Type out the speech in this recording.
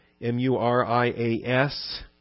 M-U-R-I-A-S